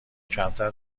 کمتر